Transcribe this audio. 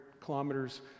kilometers